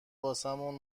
واسمون